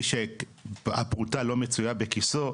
מי שהפרוטה לא מצויה בכיסו,